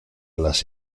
las